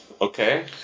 okay